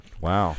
Wow